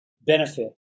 benefit